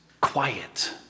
quiet